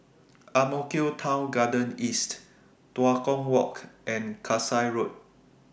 Ang Mo Kio Town Garden East Tua Kong Walk and Kasai Road